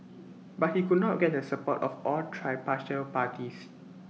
but he could not get the support of all parties